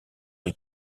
les